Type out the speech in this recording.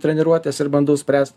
treniruotes ir bandau spręst